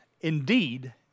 indeed